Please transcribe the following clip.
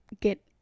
get